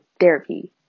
therapy